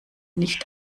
nicht